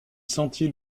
sentit